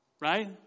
Right